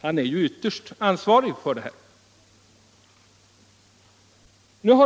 Han är ju ytterst ansvarig för dessa ting.